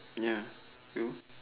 ya you